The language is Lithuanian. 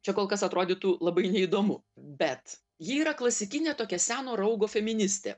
čia kol kas atrodytų labai neįdomu bet ji yra klasikinė tokia seno raugo feministė